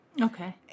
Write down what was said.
Okay